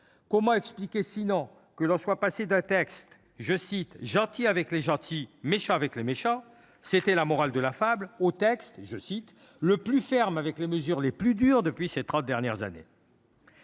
Comment expliquer, encore, que l’on soit passé d’un texte « gentil avec les gentils, méchant avec les méchants »– c’était la morale de la fable –, au texte « le plus ferme avec les mesures les plus dures depuis ces trente dernières années »